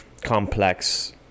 complex